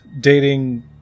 dating